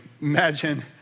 imagine